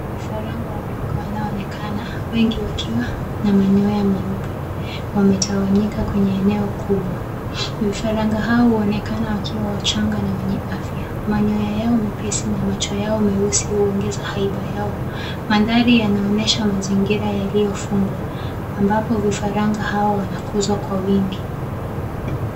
Vifaranga wadogo wanaoonekana, wengi wakiwa na manyoya meupe. Wametawanyika kwenye eneo kubwa, vifaranga hawa huonekana wakiwa wachanga na wenye afya. Manyoya yao meepesi na macho yao meusi huongeza haiba yao. Mandhari yanaonyesha mazingira yaliyofungwa, ambapo vifaranga hao wanakuzwa kwa wingi.